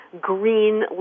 green